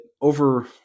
over